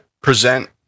Present